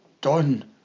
done